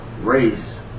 race